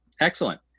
Excellent